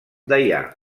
deià